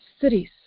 cities